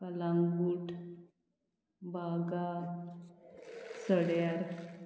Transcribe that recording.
कलांगूट बागा सड्यार